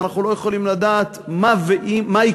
ואנחנו לא יכולים לדעת מה יקרה,